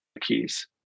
keys